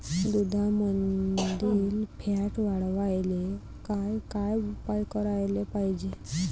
दुधामंदील फॅट वाढवायले काय काय उपाय करायले पाहिजे?